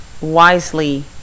wisely